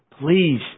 please